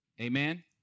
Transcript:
Amen